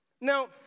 Now